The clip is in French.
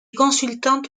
consultante